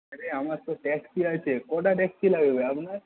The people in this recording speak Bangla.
আরে আমার তো ট্যাক্সি আছে কটা ট্যাক্সি লাগবে আপনার